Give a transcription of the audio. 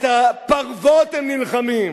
על הפרוות הם נלחמים,